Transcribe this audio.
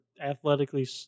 athletically